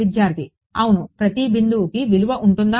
విద్యార్థి అవును ప్రతి బిందువుకి విలువ ఉంటుందా